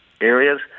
areas